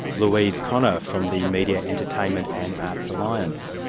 louise connor from the media, entertainment and arts alliance.